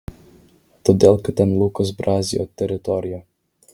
todėl kad ten lukos brazio teritorija